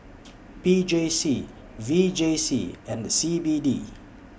P J C V J C and C B D